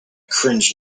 cringe